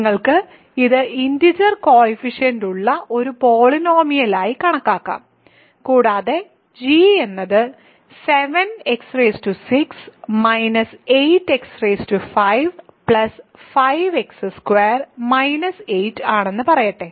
നിങ്ങൾക്ക് ഇത് integer coefficient ഉള്ള ഒരു പോളിനോമിയലായി കണക്കാക്കാം കൂടാതെ g എന്നത് 7x6 8x5 5x2 8 ആണെന്ന് പറയട്ടെ